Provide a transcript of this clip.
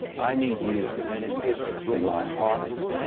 i need you in my heart.